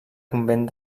convent